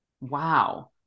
Wow